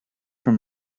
from